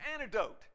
antidote